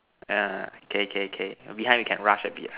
err okay okay behind we can rush a bit ha